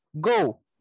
go